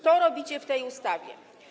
To robicie w tej ustawie.